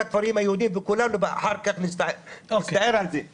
לכפרים היהודים ואנחנו כולנו נצטער על זה אחר כך.